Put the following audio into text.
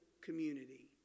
community